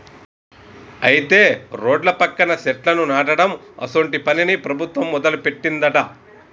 అయితే రోడ్ల పక్కన సెట్లను నాటడం అసోంటి పనిని ప్రభుత్వం మొదలుపెట్టిందట